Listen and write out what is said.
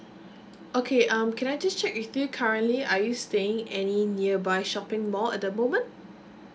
okay um can I just check with you currently are you staying any nearby shopping mall at the moment